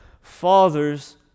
fathers